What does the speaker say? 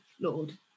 Lord